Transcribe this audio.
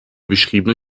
beschriebene